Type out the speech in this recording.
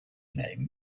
name